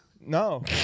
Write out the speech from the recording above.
No